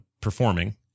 performing